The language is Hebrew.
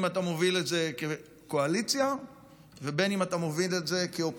בין אם אתה מוביל את זה כקואליציה ובין אם אתה מוביל את זה כאופוזיציה.